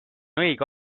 õige